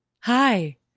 hi